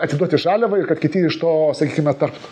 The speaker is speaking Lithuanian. atiduoti žaliavą ir kad kiti iš to sakykime tarptų